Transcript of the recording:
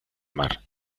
mar